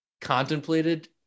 contemplated